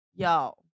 Yo